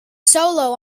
solo